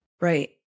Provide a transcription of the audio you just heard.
Right